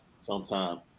sometime